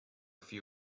few